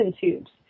tubes